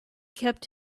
kept